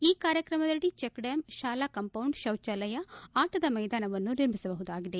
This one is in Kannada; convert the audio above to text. ಈ ಕಾರ್ಕಕ್ರಮದಡಿ ಚೆಕ್ಡ್ಕಾಮ್ ಶಾಲಾ ಕಂಪೌಡ್ ಶೌಚಾಲಯ ಆಟದ ಮೈದಾನವನ್ನು ನಿರ್ಮಿಸಬಹುದಾಗಿದೆ